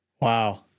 Wow